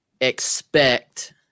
expect